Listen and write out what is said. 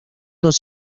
dos